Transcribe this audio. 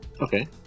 Okay